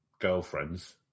girlfriends